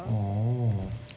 orh